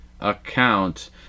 account